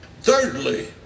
Thirdly